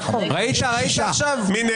23,441 עד 23,460. מי בעד?